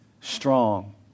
strong